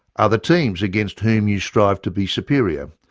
other teams against whom you strive to be superior,